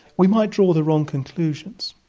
we might draw the wrong conclusions.